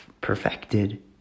perfected